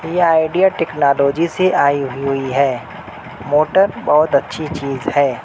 یہ idea technology سے آئی ہوئی ہے موٹر بہت اچھی چیز ہے